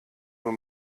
nur